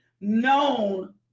known